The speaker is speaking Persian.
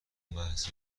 محض